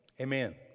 Amen